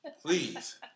Please